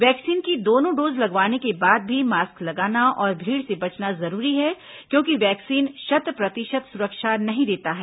vaccine की दोनों dose लगवाने के बाद भी मास्क लगाना और भीड़ से बचना जरूरी है क्योंकि वैक्सीन शत प्रतिशत सुरक्षा नहीं देता है